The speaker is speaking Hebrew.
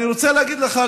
אני רוצה להגיד לך,